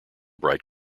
bright